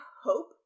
hope